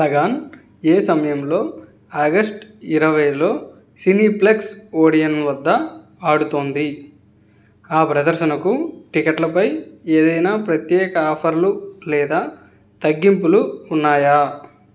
లగాన్ ఏ సమయంలో ఆగస్ట్ ఇరవైలో సినీప్లెక్స్ ఓడియన్ వద్ద ఆడుతుంది ఆ ప్రదర్శనకు టిక్కెట్లపై ఏదైనా ప్రత్యేక ఆఫర్లు లేదా తగ్గింపులు ఉన్నాయా